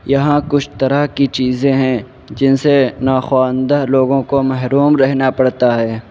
یہاں کچھ طرح کی چیزیں ہیں جن سے ناخواندہ لوگوں کو محروم رہنا پڑتا ہے